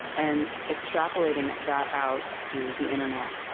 and extrapolating that out to the internet,